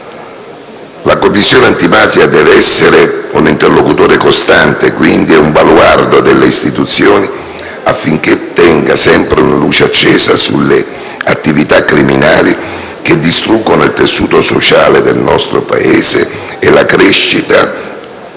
La Commissione antimafia deve essere un interlocutore costante e un baluardo delle istituzioni affinché tenga sempre una luce accesa sulle attività criminali che distruggono il tessuto sociale del nostro Paese e la crescita